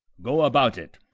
go about it.